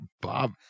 Bob